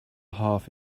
half